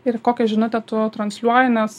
ir kokią žinutę tu transliuoji nes